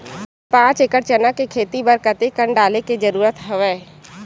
पांच एकड़ चना के खेती बर कते कन डाले के जरूरत हवय?